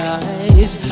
eyes